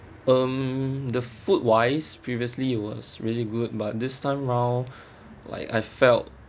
um the food wise previously was really good but this time round like I felt